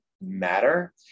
matter